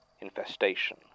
infestation